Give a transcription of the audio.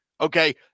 Okay